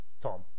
Tom